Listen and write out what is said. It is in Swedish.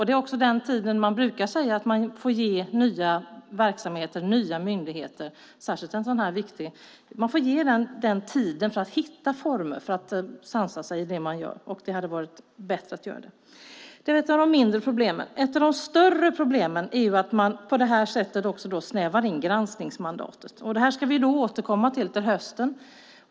Det är också den tid man brukar säga att man får ge nya verksamheter och nya myndigheter, särskilt en sådan här viktig myndighet. Man får ge dem den tiden för att hitta former för att sansa sig i det de gör. Det hade varit bättre att göra så. Men detta är ett av de mindre problemen. Ett av de större är att man på det här sättet också snävar in granskningsmandatet. Det ska vi återkomma till i höst.